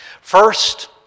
First